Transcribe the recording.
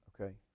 okay